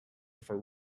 for